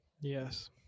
yes